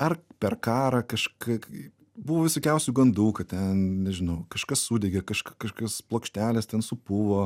ar per karą kažkai buvo visokiausių gandų kad ten nežinau kažkas sudegė kažk kažkas plokštelės ten supuvo